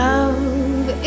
Love